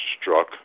struck